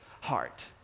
heart